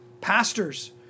pastors